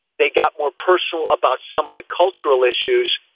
they got more personal about some of the cultural issues.